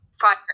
fire